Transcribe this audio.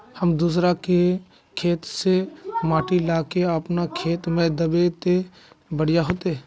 हम दूसरा के खेत से माटी ला के अपन खेत में दबे ते बढ़िया होते?